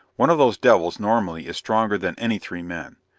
one of those devils, normally, is stronger than any three men.